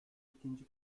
ikinci